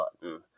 button